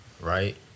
right